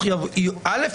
א',